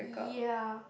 ya